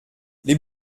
les